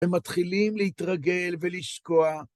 הם מתחילים להתרגל ולשקוע.